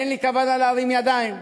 אין לי כוונה להרים ידיים.